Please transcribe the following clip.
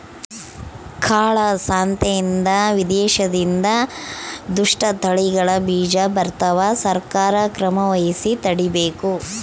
ಕಾಳ ಸಂತೆಯಿಂದ ವಿದೇಶದಿಂದ ದುಷ್ಟ ತಳಿಗಳ ಬೀಜ ಬರ್ತವ ಸರ್ಕಾರ ಕ್ರಮವಹಿಸಿ ತಡೀಬೇಕು